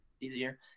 easier